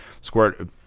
squirt